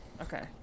okay